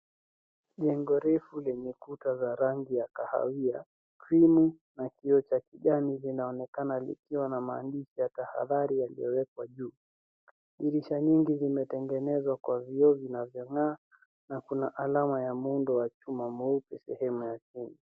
Jengo refu lenye kuta za rangi ya kahawia, krimu na kioo cha kijani zinaonekana likiwa na maandishi ya tahadhari yaliyowekwa juu. Dirisha nyingi zimetengenezwa kwa vioo vinavyong'aa na kuna alama ya muundo wa chuma mweupe sehemu ya chini.